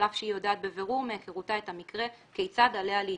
אף שהיא יודעת בבירור מהיכרותה את המקרה כיצד עליה להתייחס.